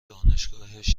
دانشگاهش